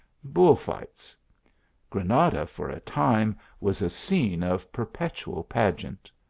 bull-fights granada, for a time, was a scene of perpetual pageant.